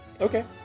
Okay